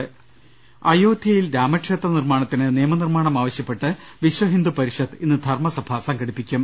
ലലലലലലലലലലലലല അയോ ധൃ യിൽ രാമ ക്ഷേത്ര നിർമ്മാണത്തിന് നിയമനിർമ്മാണം ആവശ്യപ്പെട്ട് വിശ്വഹിന്ദു പരിഷത്ത് ഇന്ന് ധർമ്മസഭ സംഘടിപ്പിക്കും